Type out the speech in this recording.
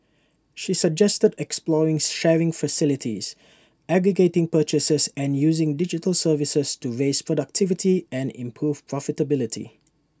she suggested exploring sharing facilities aggregating purchases and using digital services to raise productivity and improve profitability